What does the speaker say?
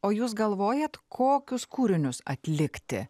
o jūs galvojat kokius kūrinius atlikti